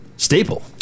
staple